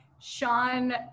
Sean